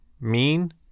mean-